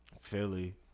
Philly